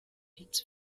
hits